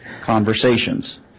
conversations